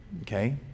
okay